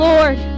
Lord